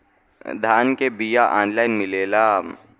धान के बिया ऑनलाइन मिलेला?